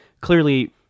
clearly